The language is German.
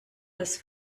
des